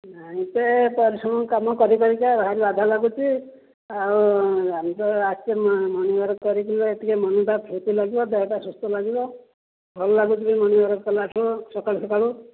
ନା ଏତେ ପରିଶ୍ରମ କାମ କରି କରିକା ଭାରି ବାଧା ଲାଗୁଛି ଆଉ ଆମେ ତ ଆସିଛେ ମର୍ଣ୍ଣିଂ ମର୍ଣ୍ଣିଂ ୱାକ୍ କରିକିନା ଟିକିଏ ମନଟା ଫୂର୍ତ୍ତି ଲାଗିବ ଦେହଟା ସୁସ୍ଥ ଲାଗିବ ଭଲ ଲାଗୁଛି ବି ମର୍ଣ୍ଣିଂ ୱାକ୍ କଲାଠୁ ସକାଳୁ ସକାଳୁ